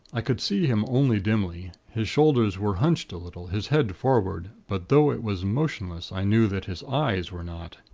i could see him only dimly. his shoulders were hunched a little, his head forward but though it was motionless, i knew that his eyes were not.